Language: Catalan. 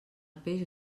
peix